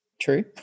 true